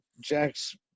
Jack's